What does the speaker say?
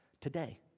today